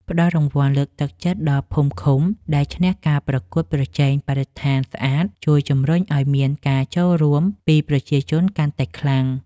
ផ្ដល់រង្វាន់លើកទឹកចិត្តដល់ភូមិឃុំដែលឈ្នះការប្រកួតប្រជែងបរិស្ថានស្អាតជួយជម្រុញឱ្យមានការចូលរួមពីប្រជាជនកាន់តែខ្លាំង។